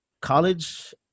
college